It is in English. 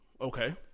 Okay